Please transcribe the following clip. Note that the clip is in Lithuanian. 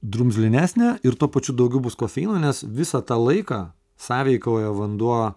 drumzlinesnė ir tuo pačiu daugiau bus kofeino nes visą tą laiką sąveikauja vanduo